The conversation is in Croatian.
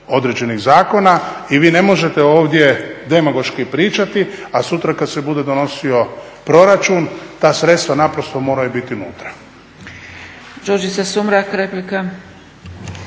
određenih zakona i vi ne možete ovdje demagoški pričati, a sutra kad se bude donosio proračun ta sredstva naprosto moraju biti unutra.